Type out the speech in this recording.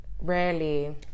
Rarely